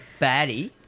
baddie